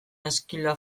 ezkila